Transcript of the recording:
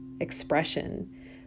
expression